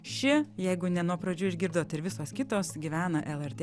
ši jeigu ne nuo pradžių išgirdot ir visos kitos gyvena lrt